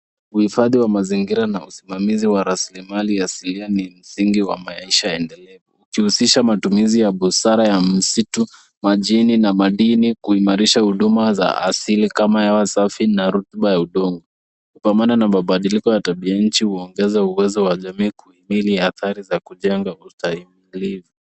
Uhifadhi wa mazingira na usimamizi wa rasilimali ya asilia ni msingi wa maisha endelevu, ikihusisha matumizi ya busara ya msitu, majini na madini, kuimarisha huduma za asili kama hewa safi na rotuba ya udongo. Kupambana na mabadiliko ya tabia nchi huongeza uwezo wa jamii kuhimili athari za kujenga ustahimilivu.